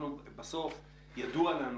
בסוף ידוע לנו